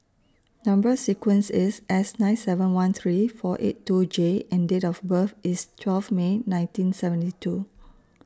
Number sequence IS S nine seven one three four eight two J and Date of birth IS twelve May nineteen seventy two